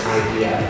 idea